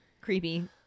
creepy